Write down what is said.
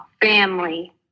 Family